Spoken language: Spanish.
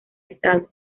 estado